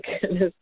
goodness